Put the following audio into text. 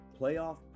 playoff